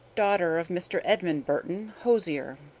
daughter of mr. edmund burton, hosier.